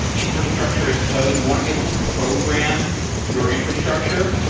infrastructure as code you want to be able to program your infrastructure,